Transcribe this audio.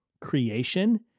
creation